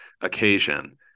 occasion